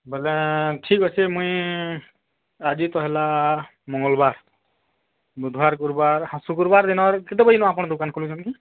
ବୋଲେ ଠିକ୍ ଅଛି ମୁଇଁ ଆଜି ତ ହେଲା ମଙ୍ଗଲବାର ବୁଧବାର ଗୁରୁବାର ଶୁକ୍ରବାର ଦିନର୍ କେତେ ବଜେନ ଆପଣ ଦୋକାନ ଖୋଲଚନ୍ କି